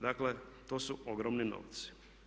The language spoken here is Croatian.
Dakle, to su ogromni novci.